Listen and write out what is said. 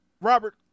Robert